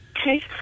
Okay